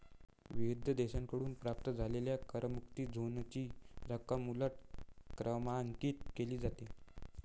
विविध देशांकडून प्राप्त झालेल्या करमुक्त झोनची रक्कम उलट क्रमांकित केली जाते